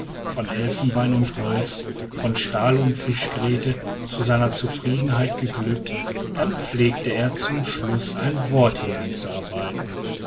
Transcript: von elfenbein und holz von stahl und fischgräte zu seiner zufriedenheit geglückt dann pflegte er zum schluß ein wort hineinzuarbeiten